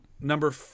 number